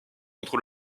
contre